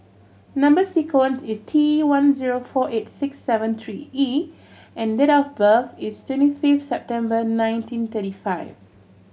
number sequence is T one zero four eight six seven three E and date of birth is twenty fifth September nineteen thirty five